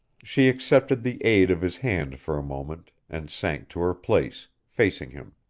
she accepted the aid of his hand for a moment, and sank to her place, facing him.